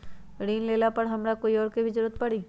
ऋन लेबेला हमरा कोई और के भी जरूरत परी?